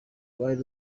rwari